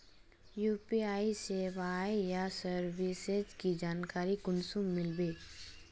UPI सेवाएँ या services की जानकारी कुंसम मिलबे?